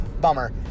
bummer